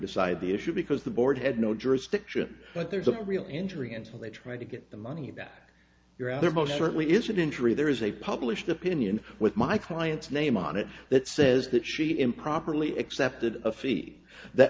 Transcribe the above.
decide the issue because the board had no jurisdiction but there's a real injury and so they try to get the money back you're out there most certainly is an injury there is a published opinion with my client's name on it that says that she improperly accepted a fee that